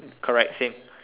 correct same